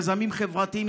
יזמים חברתיים,